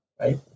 right